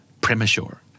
premature